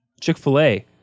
Chick-fil-A